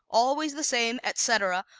always the same, etc,